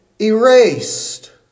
erased